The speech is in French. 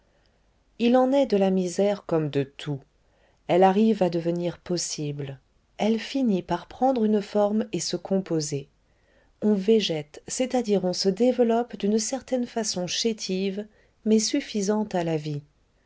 il en est de la misère comme de tout elle arrive à devenir possible elle finit par prendre une forme et se composer on végète c'est-à-dire on se développe d'une certaine façon chétive mais suffisante à la vie